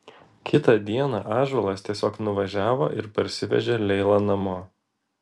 kitą dieną ąžuolas tiesiog nuvažiavo ir parsivežė leilą namo